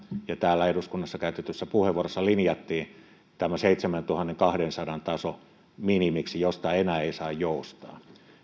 ja täällä eduskunnassa käytetyissä puheenvuoroissa linjattiin tämä seitsemäntuhannenkahdensadan taso minimiksi josta enää ei saa joustaa